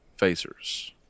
phasers